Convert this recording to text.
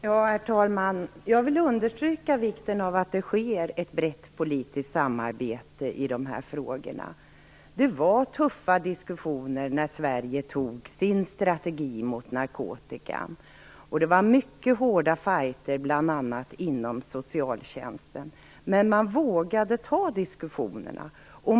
Herr talman! Jag vill understryka vikten av att det sker ett brett politiskt samarbete i dessa frågor. Det var tuffa diskussioner när Sverige tog beslut om sin strategi mot narkotikan. Det var mycket hårda fighter, bl.a. inom socialtjänsten. Men man vågade ta diskussionerna.